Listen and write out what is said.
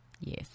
Yes